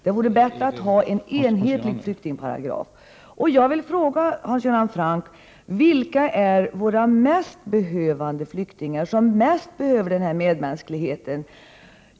Det vore bättre att ha en enhetlig flyktingparagraf. Jag vill fråga Hans Göran Franck: Vilka är de mest behövande flyktingarna som bäst behöver den här medmänskligheten?